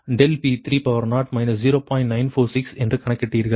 946 என்று கணக்கிட்டீர்கள்